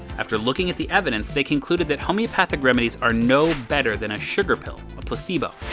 after looking at the evidence, they concluded that homeopathic remedies are no better than a sugar pill, a placebo.